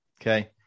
Okay